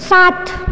सात